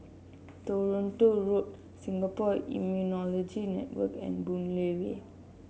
Toronto Road Singapore Immunology Network and Boon Lay Way